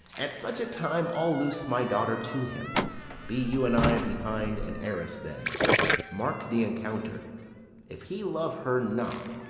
at such a time i'll loose my daughter to him be you and i behind an arras then mark the encounter if he love her not,